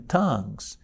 tongues